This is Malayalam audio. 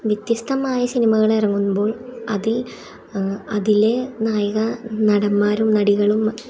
വ്യത്യസ്തമായ സിനിമകൾ ഇറങ്ങുമ്പോൾ അതിൽ അതിലെ നായികാ നടന്മാരും നടികളും